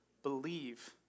believe